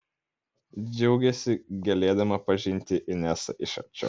džiaugėsi galėdama pažinti inesą iš arčiau